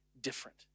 different